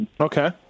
Okay